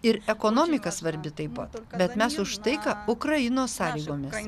ir ekonomika svarbi taip pat bet mes už taiką ukrainos sąlygomis